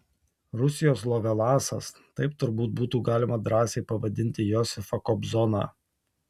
rusijos lovelasas taip turbūt būtų galima drąsiai pavadinti josifą kobzoną